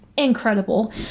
incredible